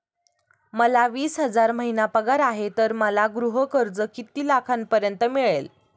मला वीस हजार महिना पगार आहे तर मला गृह कर्ज किती लाखांपर्यंत मिळेल?